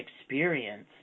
experience